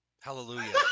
Hallelujah